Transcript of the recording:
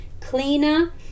cleaner